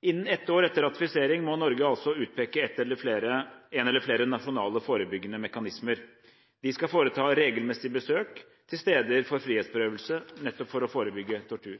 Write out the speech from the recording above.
Innen ett år etter ratifisering må Norge utpeke en eller flere nasjonale forebyggende mekanismer. De skal foreta regelmessige besøk til steder for frihetsberøvelse nettopp for å forebygge tortur.